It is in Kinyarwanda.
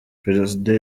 perezida